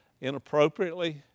inappropriately